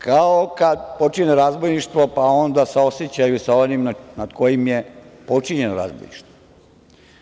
Kao kad počine razbojništvo, pa onda saosećaju sa onim nad kojim je počinjeno razbojništvo.